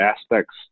aspects